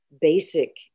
basic